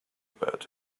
about